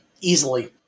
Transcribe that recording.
Easily